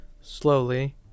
slowly